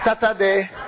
Saturday